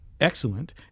excellent